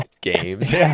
games